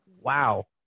wow